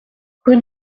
rue